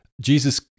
Jesus